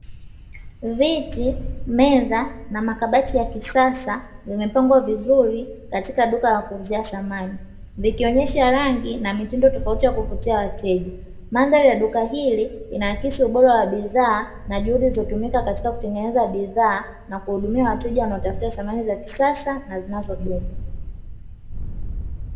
Viti, meza, na makabati ya kisasa, vimepangwa vizuri katika duka la kuuzia samani, vikionyesha rangi na mitindo tofauti ya kuvutia wateja. Mandhari ya duka hili inaakisi ubora wa bidhaa na juhudi zilizotumika katika kutengeneza bidhaa, na kuhudumia wateja wanaotafuta samani za kisasa na zinazodumu.